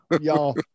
Y'all